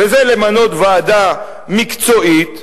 וזה למנות ועדה מקצועית,